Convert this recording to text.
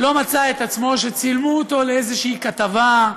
לא מצא את עצמו שצילמו אותו לאיזושהי כתבה,